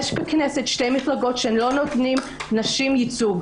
יש בכנסת שתי מפלגות שלא נותנות ייצוג לנשים.